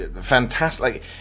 fantastic